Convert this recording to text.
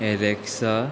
एरेक्सा